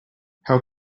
how